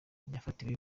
yafatiwe